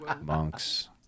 monks